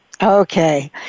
Okay